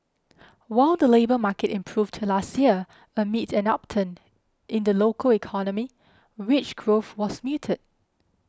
while the labour market improved last year amid an upturn in the local economy wage growth was muted